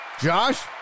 Josh